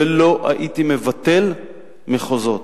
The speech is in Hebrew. ולא הייתי מבטל מחוזות.